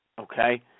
Okay